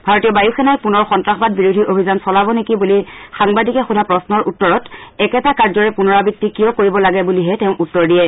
ভাৰতীয় বায়ুসেনাই পুনৰ সন্তাসবাদ বিৰোধী অভিযান চলাব নেকি বুলি সোধা প্ৰশ্নৰ উত্তৰত একেটা কাৰ্যৰে পুনৰাবৃত্তি কিয় কৰিব লাগে বুলিহে তেওঁ উত্তৰ দিয়ে